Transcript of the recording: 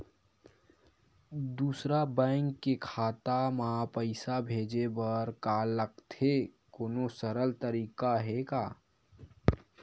दूसरा बैंक के खाता मा पईसा भेजे बर का लगथे कोनो सरल तरीका हे का?